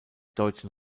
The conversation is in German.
deutschen